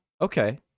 Okay